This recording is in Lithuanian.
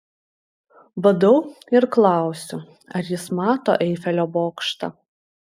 badau ir klausiu ar jis mato eifelio bokštą